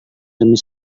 demi